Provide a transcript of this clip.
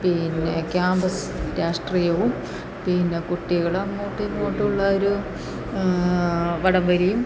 പിന്നെ ക്യാമ്പസ് രാഷ്ട്രീയവും പിന്നെ കുട്ടികളും അങ്ങോട്ടുമിങ്ങോട്ടും ഉള്ള ഒരു വടംവലിയും